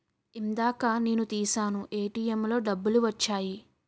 ఇందాక నేను తీశాను ఏటీఎంలో డబ్బులు వచ్చాయి